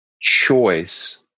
choice